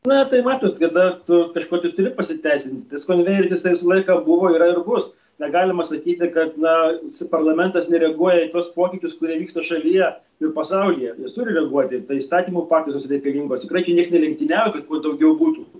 na tai matot kada tu kažkuo tai turi pasiteisint tas konvejeris jisai visą laiką buvo yra ir bus negalima sakyti kad na parlamentas nereaguoja į tuos pokyčius kurie vyksta šalyje ir pasaulyje jis turi reaguoti tai įstatymų pataisos reikalingos tikrai čia nieks nelenktyniauja kad kuo daugiau būtų